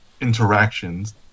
interactions